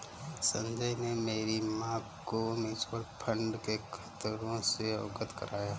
संजय ने मेरी मां को म्यूचुअल फंड के खतरों से अवगत कराया